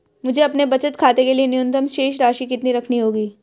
मुझे अपने बचत खाते के लिए न्यूनतम शेष राशि कितनी रखनी होगी?